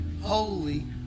holy